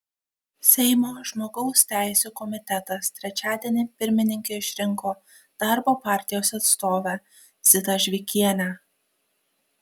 seimo žmogaus teisių komitetas trečiadienį pirmininke išrinko darbo partijos atstovę zitą žvikienę